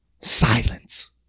Silence